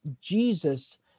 Jesus